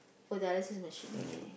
oh dialysis machine okay